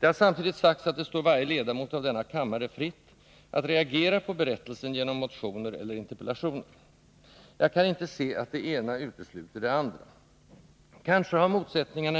Det har samtidigt sagts att det står varje ledamot av denna kammare fritt att reagera på berättelsen genom motioner eller interpellationer. Jag kan inte se att det ena utesluter det andra. Kanske har motsättningarna